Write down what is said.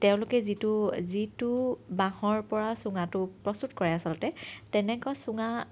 তেওঁলোকে যিটো যিটো বাঁহৰ পৰা চুঙাটো প্ৰস্তুত কৰে আচলতে তেনেকুৱা চুঙা